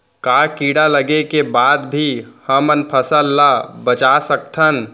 का कीड़ा लगे के बाद भी हमन फसल ल बचा सकथन?